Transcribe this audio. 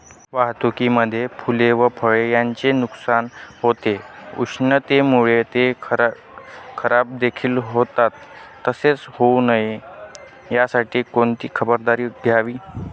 वाहतुकीमध्ये फूले व फळे यांचे नुकसान होते, उष्णतेमुळे ते खराबदेखील होतात तसे होऊ नये यासाठी कोणती खबरदारी घ्यावी?